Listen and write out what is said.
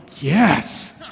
yes